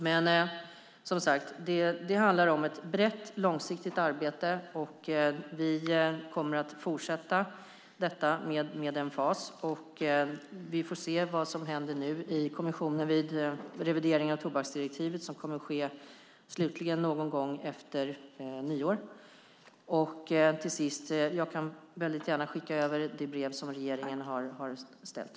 Men som sagt handlar det om ett brett och långsiktigt arbete. Vi kommer att fortsätta detta med emfas. Vi får se vad som händer nu i kommissionen vid revideringen av tobaksdirektivet, som kommer att ske slutligen någon gång efter nyår. Jag kan väldigt gärna skicka över det brev som regeringen har skrivit.